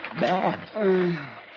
Bad